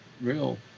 real